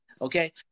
Okay